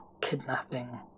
kidnapping